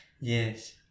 yes